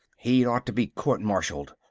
he'd ought to be court-martialed!